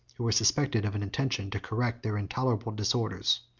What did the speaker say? who were suspected of an intention to correct their intolerable disorders.